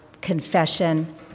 confession